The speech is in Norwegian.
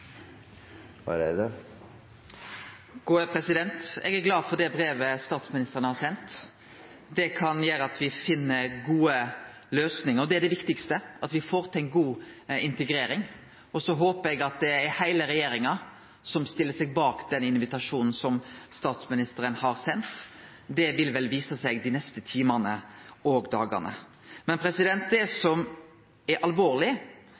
glad for det brevet statsministeren har sendt. Det kan gjere at me finn gode løysingar, og det er det viktigaste, at me får til ei god integrering. Så håpar eg at det er heile regjeringa som stiller seg bak den invitasjonen som statsministeren har sendt. Det vil vel vise seg dei neste timane og dagane. Det som er alvorleg,